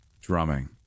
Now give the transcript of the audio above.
Drumming